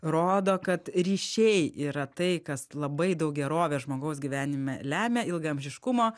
rodo kad ryšiai yra tai kas labai daug gerovės žmogaus gyvenime lemia ilgaamžiškumo